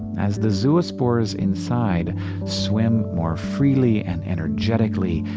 as the zoospores inside swim more freely and energetically,